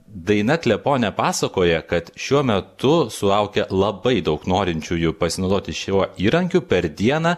daina kleponė pasakoja kad šiuo metu sulaukia labai daug norinčiųjų pasinaudoti šiuo įrankiu per dieną